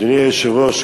אדוני היושב-ראש,